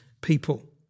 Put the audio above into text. people